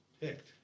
picked